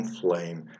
flame